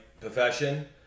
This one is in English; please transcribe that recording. profession